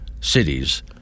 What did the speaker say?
cities